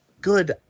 good